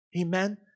Amen